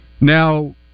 Now